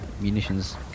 munitions